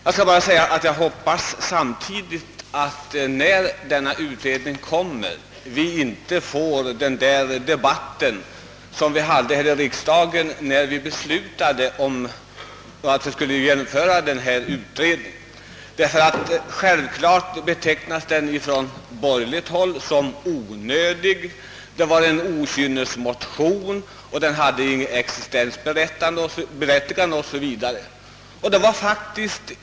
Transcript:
Jag hoppas att vi, när dessa betänkanden lagts fram, inte får en sådan debatt som vi hade här i riksdagen när vi beslöt begära denna utredning. Naturligtvis betecknades den på borgerligt håll som onödig, motionen vore en okynnesmotion som inte hade något existensberättigande 0. s. v.